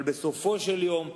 אבל בסופו של יום,